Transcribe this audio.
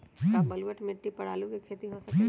का बलूअट मिट्टी पर आलू के खेती हो सकेला?